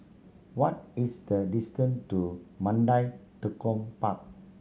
what is the distance to Mandai Tekong Park